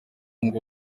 ngo